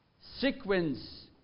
sequence